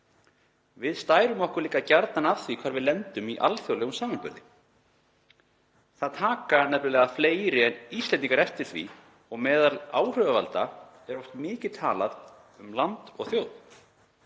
Við stærum okkur líka gjarnan af því hvar við lendum í alþjóðlegum samanburði. Það taka nefnilega fleiri en Íslendingar eftir því og meðal áhrifavalda er oft mikið talað um land og þjóð.